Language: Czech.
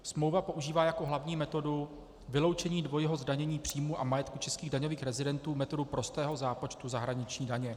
Smlouva používá jako hlavní metodu vyloučení dvojího zdanění příjmů a majetku českých daňových rezidentů metodu prostého zápočtu zahraniční daně.